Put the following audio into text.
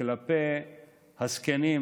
כלפי הזקנים.